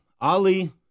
Ali